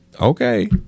okay